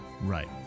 Right